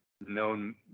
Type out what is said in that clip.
known